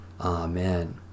Amen